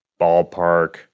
ballpark